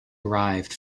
arrived